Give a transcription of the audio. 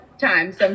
time